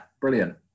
brilliant